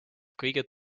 kõige